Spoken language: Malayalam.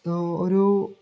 അത് ഒരു